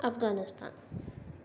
Afghanistan